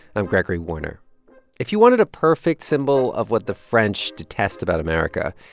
i'm gregory warner if you wanted a perfect symbol of what the french detest about america,